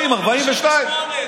40 42. קיבלו 58,